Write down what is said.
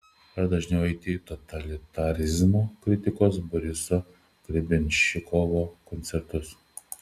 ar dažniau eiti į totalitarizmo kritiko boriso grebenščikovo koncertus